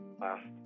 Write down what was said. last